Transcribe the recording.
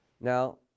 Now